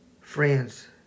friends